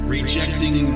Rejecting